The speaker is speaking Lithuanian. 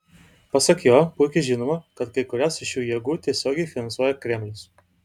pasak jo puikiai žinoma kad kai kurias iš šių jėgų tiesiogiai finansuoja kremlius